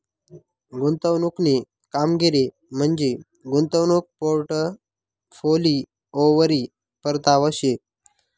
गुंतवणूकनी कामगिरी म्हंजी गुंतवणूक पोर्टफोलिओवरी परतावा शे